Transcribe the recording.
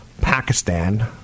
Pakistan